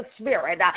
spirit